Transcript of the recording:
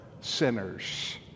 sinners